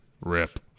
RIP